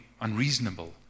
unreasonable